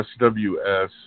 SWS